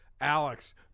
Alex